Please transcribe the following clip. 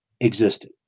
existed